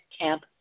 Camp